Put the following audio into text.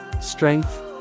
strength